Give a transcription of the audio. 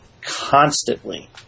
constantly